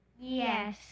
Yes